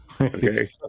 Okay